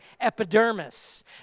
epidermis